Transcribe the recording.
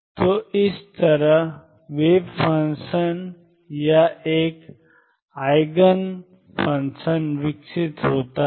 तो इस तरह से वेव फंक्शन या एक आईगन आईगन फंक्शन विकसित होता है